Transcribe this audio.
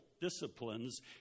disciplines